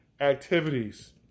activities